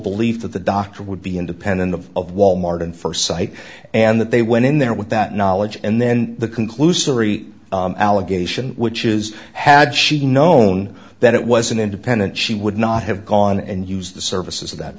belief that the doctor would be independent of of wal mart in first sight and that they went in there with that knowledge and then the conclusory allegation which is had she known that it was an independent she would not have gone and use the services that